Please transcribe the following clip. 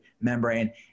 membrane